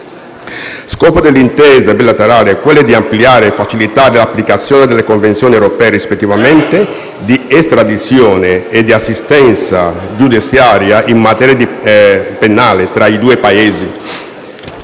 Scopo delle due intese bilaterali è di ampliare e facilitare l'applicazione delle Convenzioni europee rispettivamente di estradizione e di assistenza giudiziaria in materia penale tra i due Paesi.